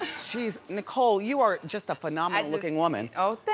geeze, nicole you are just a phenomenal looking woman. oh,